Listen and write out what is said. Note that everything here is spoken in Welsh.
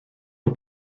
nhw